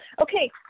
Okay